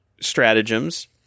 stratagems